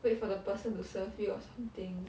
wait for the person to serve you or something